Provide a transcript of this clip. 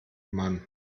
mann